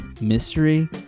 Mystery